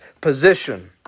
position